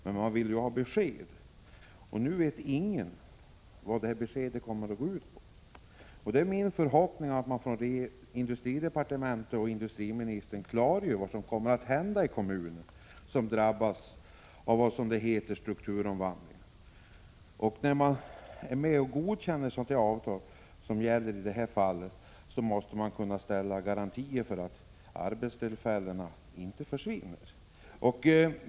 Men de vill ju ha besked, och nu vet ingen vad beskedet kommer att gå ut på. Det är min förhoppning att man från industridepartementets och industriministerns sida skall klargöra vad som kommer att hända i kommunen, som drabbas av dessa — som det heter — strukturomvandlingar. När man är med och godkänner ett sådant avtal som i detta fall måste det kunna ställas garantier för att arbetstillfällena inte försvinner.